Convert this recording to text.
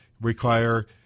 require